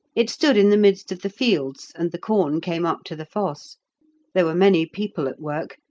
it stood in the midst of the fields, and the corn came up to the fosse there were many people at work,